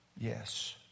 Yes